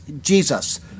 Jesus